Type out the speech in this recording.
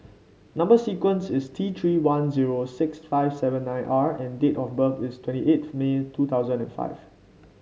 number sequence is T Three one zero six five seven nine R and date of birth is twenty eighth May two thousand and five